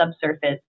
subsurface